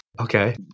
okay